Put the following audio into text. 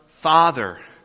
father